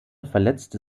verletzte